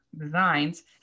designs